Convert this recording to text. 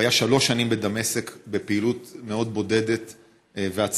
הוא היה שלוש שנים בדמשק בפעילות מאוד בודדת ועצמאית,